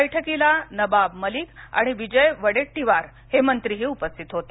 बैठकीला नवाब मलिक आणि विजय वडेट्टीवार हे मंत्रीही उपस्थित होते